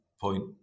point